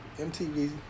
MTV